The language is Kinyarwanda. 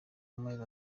mezi